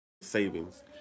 savings